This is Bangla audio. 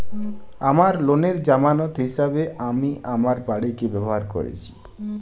আমার লোনের জামানত হিসেবে আমি আমার বাড়িকে ব্যবহার করেছি